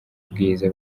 ubwiza